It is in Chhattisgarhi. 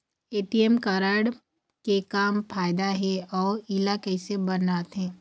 ए.टी.एम कारड के का फायदा हे अऊ इला कैसे बनवाथे?